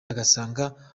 agasanga